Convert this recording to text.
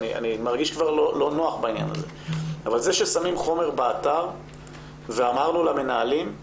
זה ששמים חומר באתר ואומרים למנהלים,